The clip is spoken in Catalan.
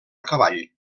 cavall